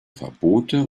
verbote